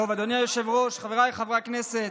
אדוני היושב-ראש, חבריי חברי הכנסת,